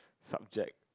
subject